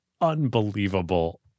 unbelievable